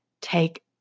take